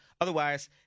Otherwise